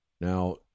now